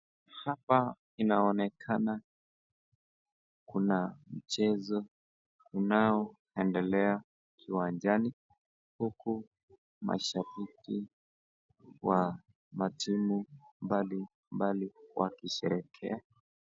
Hapa inaonekana kuna mchezo unaoendelea kiwanjani, huku mashabiki wa matimu mbalimbali wakisherehekea.